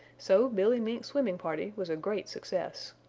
so billy mink's swimming party was a great success.